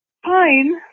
fine